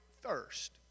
thirst